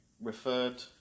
referred